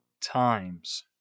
times